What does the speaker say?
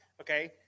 okay